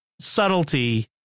subtlety